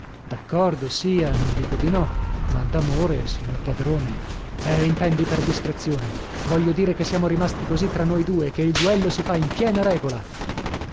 d'accordo sia non dico di no ma d'amore signor padrone eh intendi per discrezione voglio dire che siamo rimasti così tra noi due e che il duello si fa in piena regola